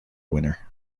winner